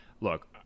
look